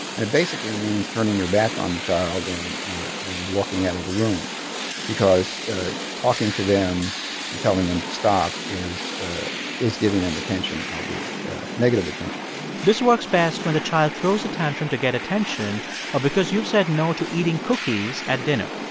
and it basically means turning your back on the child and and walking out of the room because talking to them and telling them to stop is is giving them attention, albeit negative attention this works best when the child throws a tantrum to get attention or because you've said no to eating cookies at dinner.